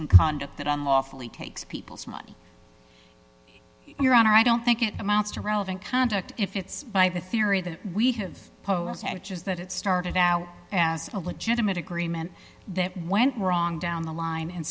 in conduct that unlawfully takes people's money your honor i don't think it amounts to relevant conduct if it's by the theory that we have is that it started out as a legitimate agreement that went wrong down the line and